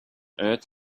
earth